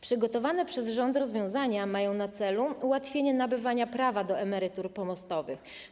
Przygotowane przez rząd rozwiązania mają na celu ułatwienie nabywania prawa do emerytur pomostowych.